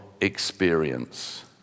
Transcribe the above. experience